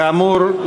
כאמור,